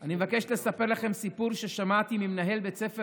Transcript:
אני מבקש לספר לכם סיפור ששמעתי ממנהל בית ספר